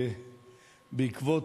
בעקבות